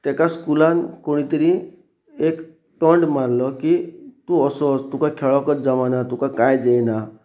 तेका स्कुलान कोणी तरी एक टॉन्ट मारलो की तूं असो तुका खेळकच जावना तुका कांयच येना